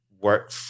work